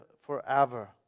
forever